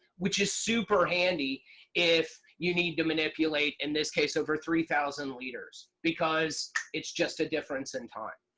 which is super handy if you need to manipulate, in this case, over three thousand leaders. because it's just a difference in time.